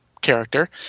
character